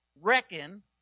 Reckon